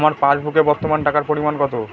আমার পাসবুকে বর্তমান টাকার পরিমাণ কত?